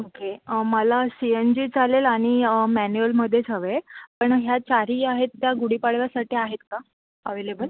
okay मला C N G चालेल आणि मॅन्युअलमध्येच हवे पण ह्या चारही आहेत त्या गुढीपाडव्यासाठी आहेत का अवेलेबल